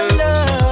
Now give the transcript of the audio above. love